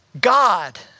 God